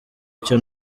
icyo